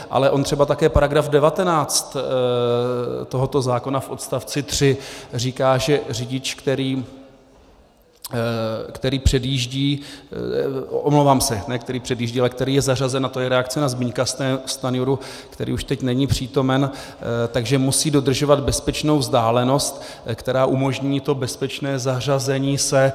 Ale on třeba také § 19 tohoto zákona v odst. 3 říká, že řidič, který předjíždí, omlouvám se, ne, který předjíždí, ale který je zařazen a to je reakce na Zbyňka Stanjuru, který už teď není přítomen tak že musí dodržovat bezpečnou vzdálenost, která umožní bezpečné zařazení se.